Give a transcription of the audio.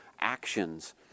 actions